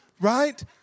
right